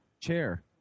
chair